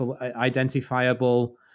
identifiable